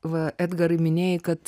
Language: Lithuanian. va edgarai minėjai kad